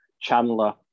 Chandler